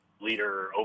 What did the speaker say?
leader